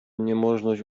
niemożność